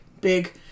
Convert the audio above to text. big